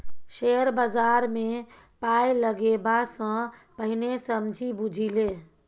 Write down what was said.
share बजारमे पाय लगेबा सँ पहिने समझि बुझि ले